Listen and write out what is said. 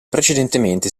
precedentemente